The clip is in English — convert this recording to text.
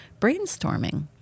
brainstorming